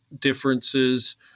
differences